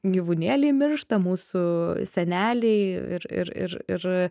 gyvūnėliai miršta mūsų seneliai ir ir ir ir